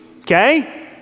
okay